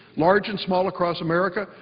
large and small across america,